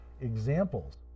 examples